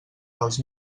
dels